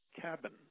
cabin